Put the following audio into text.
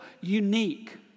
unique